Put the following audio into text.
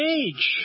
age